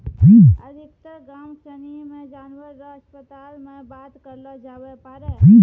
अधिकतर गाम सनी मे जानवर रो अस्पताल मे बात करलो जावै पारै